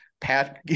Pat